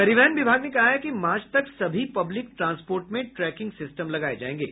परिवहन विभाग ने कहा है कि मार्च तक सभी पब्लिक ट्रांसपोर्ट में ट्रैकिंग सिस्टम लगाये जायेंगे